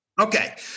Okay